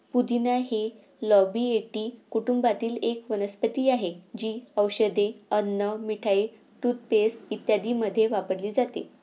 पुदिना हे लॅबिएटी कुटुंबातील एक वनस्पती आहे, जी औषधे, अन्न, मिठाई, टूथपेस्ट इत्यादींमध्ये वापरली जाते